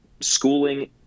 schooling